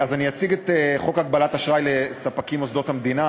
אז אני אציג את חוק הגבלת אשראי ספקים למוסדות המדינה.